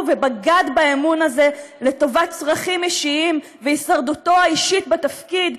ובגד באמון הזה לטובת צרכים אישיים והישרדותו האישית בתפקיד,